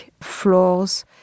floors